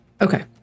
okay